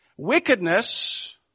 Wickedness